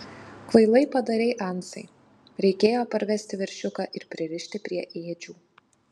kvailai padarei ansai reikėjo parvesti veršiuką ir pririšti prie ėdžių